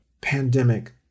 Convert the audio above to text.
pandemic